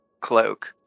cloak